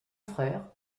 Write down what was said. frère